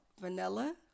vanilla